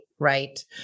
Right